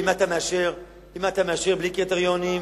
אם אתה מאשר בלי קריטריונים,